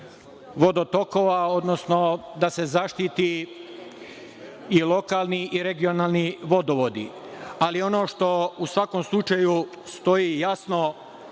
vodotokova, odnosno da se zaštite i lokalni i regionalni vodovodi. Ono što, u svakom slučaju, stoji jasno